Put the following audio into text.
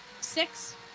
Six